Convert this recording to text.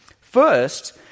First